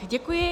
Děkuji.